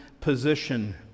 position